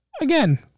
again